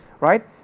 right